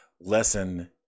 lesson